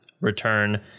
return